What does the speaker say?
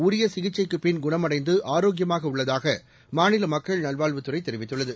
உரிய சிகிச்சைக்குப் பிள் குணமடைந்து ஆரோக்கியமாக உள்ளதாக மாநில மக்கள் நல்வாழ்வுத்துறை தெரிவித்துள்ளது